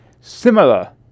similar